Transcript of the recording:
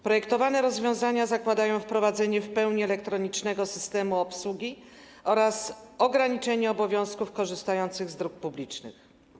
Projektowane rozwiązania zakładają wprowadzenie w pełni elektronicznego systemu obsługi oraz ograniczenie obowiązków korzystających z dróg publicznych.